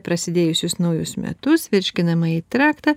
prasidėjusius naujus metus virškinamąjį traktą